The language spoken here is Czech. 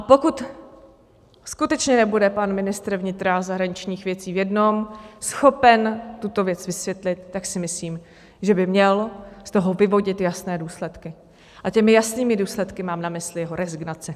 Pokud skutečně nebude pan ministr vnitra a zahraničních věcí v jednom schopen tuto věc vysvětlit, tak si myslím, že by měl z toho vyvodit jasné důsledky, a těmi jasnými důsledky mám na mysli jeho rezignaci.